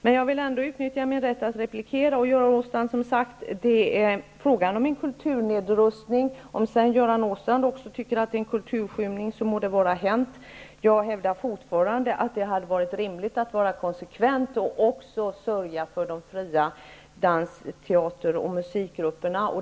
Men jag vill ändå utnyttja min rätt att replikera Göran Åstrand, och det är som sagt fråga om en kulturnedrustning. Om sedan Göran Åstrand tycker att det är en kulturskymning, må det vara hänt. Jag hävdar fortfarande att det hade varit rimligt att vara konsekvent och också sörja för de fria teater-, dans och musikgrupperna.